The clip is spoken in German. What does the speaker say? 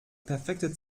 perfekte